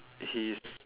he's